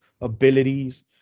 abilities